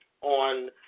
on